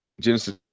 Genesis